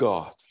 God